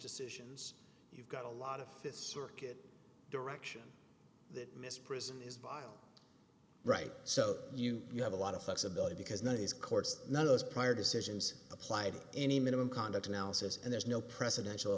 decisions you've got a lot of this circuit direction that mr prison is vile right so you you have a lot of flexibility because nobody's courts none of those prior decisions applied any minimum conduct analysis and there's no presidential